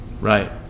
Right